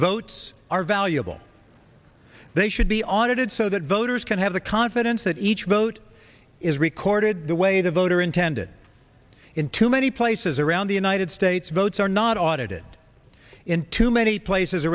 votes are valuable they should be audited so that voters can have the confidence that each vote is recorded the way the voter intended in too many places around the united states votes are not audited in too many places